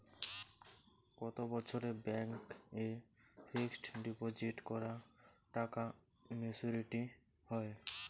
কত বছরে ব্যাংক এ ফিক্সড ডিপোজিট করা টাকা মেচুউরিটি হয়?